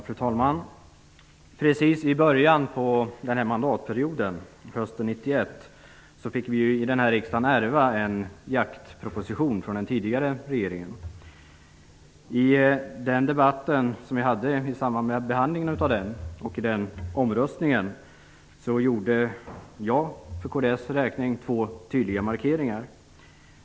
Fru talman! I början av den här mandatperioden hösten 1991 fick vi i riksdagen ärva en jaktproposition från den tidigare regeringen. I den debatt som vi hade i samband med behandlingen av propositionen och i omröstningen därefter gjorde jag för kds räkning två tydliga markeringar.